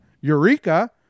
Eureka